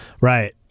Right